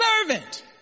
servant